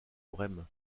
brême